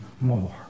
more